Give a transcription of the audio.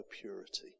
purity